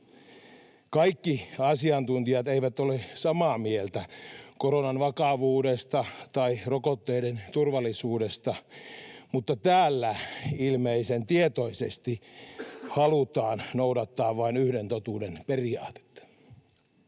Kaikki asiantuntijat eivät ole samaa mieltä koronan vakavuudesta tai rokotteiden turvallisuudesta, mutta täällä ilmeisen tietoisesti halutaan noudattaa vain yhden totuuden periaatetta.